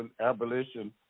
abolition